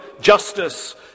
justice